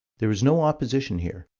there is no opposition here,